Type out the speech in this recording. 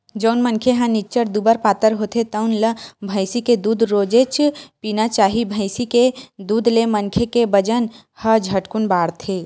जउन मनखे ह निच्चट दुबर पातर होथे तउन ल भइसी के दूद रोजेच पीना चाही, भइसी के दूद ले मनखे के बजन ह झटकुन बाड़थे